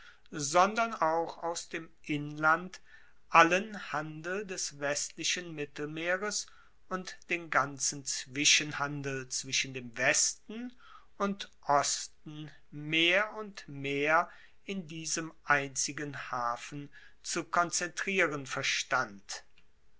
sondern auch aus dem inland allen handel des westlichen mittelmeeres und den ganzen zwischenhandel zwischen dem westen und osten mehr und mehr in diesem einzigen hafen zu konzentrieren verstand